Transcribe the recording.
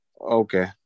Okay